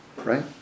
Right